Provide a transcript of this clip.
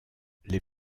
les